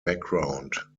background